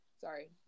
sorry